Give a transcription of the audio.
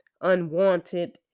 unwanted